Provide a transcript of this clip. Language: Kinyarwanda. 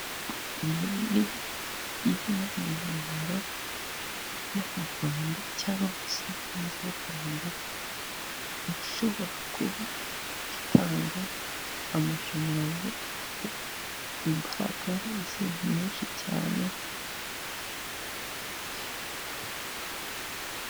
Umuhanda uri mu ibara ry'umukara, ukaba urimo ibinyabiziga bigiye bitandukanye, imodoka iri mu ibara ry'umweru, amapikipiki yicayeho abamotari ndetse n'abo batwaye, bose bakaba bambaye n'ingofero zabugenewe ziri mu ibara ry'umutuku, hirya yabo hakaba abantu barimo kugendera mu tuyira twabugenewe tw'abanyamaguru.